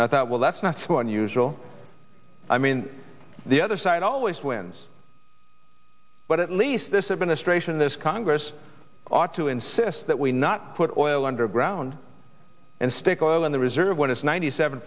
and i thought well that's not too unusual i mean the other side always wins but at least this administration this congress ought to insist that we not put oil underground and stick oil in the reserve when it's ninety seven